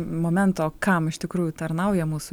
momento kam iš tikrųjų tarnauja mūsų